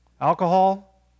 Alcohol